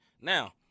Now